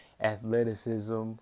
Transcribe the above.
athleticism